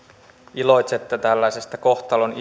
iloitsette tällaisesta kohtalon